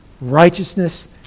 righteousness